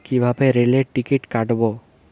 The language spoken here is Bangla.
কিভাবে রেলের টিকিট কাটব?